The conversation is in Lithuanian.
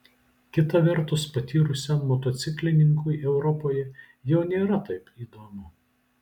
kita vertus patyrusiam motociklininkui europoje jau nėra taip įdomu